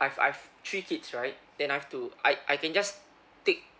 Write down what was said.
I've I've three kids right then I've to I I can just take